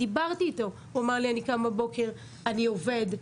דיברתי איתו והוא אמר לי, אני קם בבוקר, אני עובד,